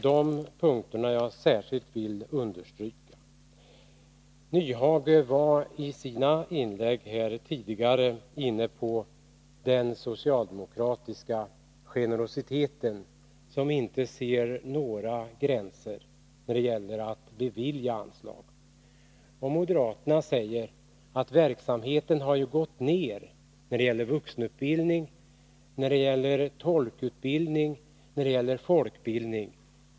Hans Nyhage var i sina inlägg här tidigare inne på den socialdemokratiska generositeten, som inte ser några gränser när det gäller att bevilja anslag. Moderaterna säger att verksamheten har gått ner när det gäller vuxenutbildning, när det gäller tolkutbildning och när det gäller folkbildning.